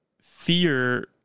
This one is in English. fear